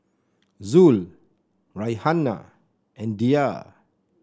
Zul Raihana and Dhia